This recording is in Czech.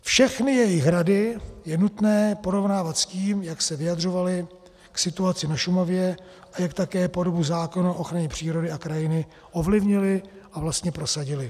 Všechny jejich rady je nutné porovnávat s tím, jak se vyjadřovali k situaci na Šumavě a jak také po dobu zákona o ochraně přírody a krajiny ovlivnili a vlastně prosadili.